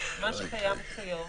מכוח סמכותה לפי סעיף 4,